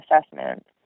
assessment